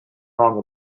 long